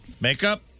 Makeup